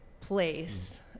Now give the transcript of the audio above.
place